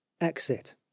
Exit